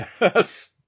Yes